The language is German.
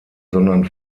sondern